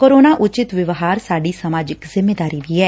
corona ਉਚਿਤ ਵਿਵਹਾਰ ਸਾਡੀ ਸਮਾਜਿਕ ਜਿੰਮੇਵਾਰੀ ਵੀ ਐ